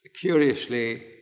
curiously